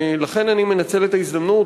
לכן אני מנצל את ההזדמנות,